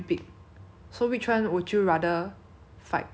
他们没有讲你一定要赢过那个东西呀可是